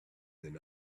than